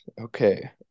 Okay